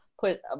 put